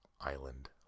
Island